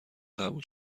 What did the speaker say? قبول